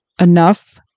enough